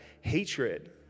hatred